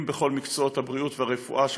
בכל מקצועות הבריאות והרפואה,